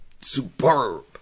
superb